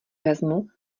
vezmu